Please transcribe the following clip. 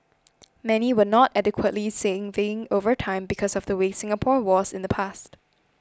many were not adequately saving over time because of the way Singapore was in the past